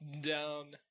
down